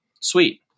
Sweet